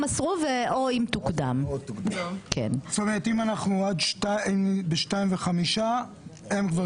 זאת אומרת אם אנחנו ב-14:05 הם כבר